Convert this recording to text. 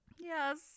Yes